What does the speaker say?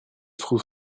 trouve